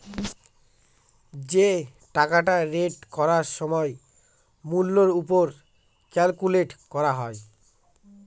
যে টাকাটা রেট করার সময় মূল্যের ওপর ক্যালকুলেট করা হয়